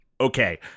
Okay